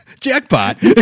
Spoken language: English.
Jackpot